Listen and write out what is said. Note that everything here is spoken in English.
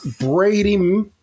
Brady